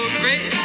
great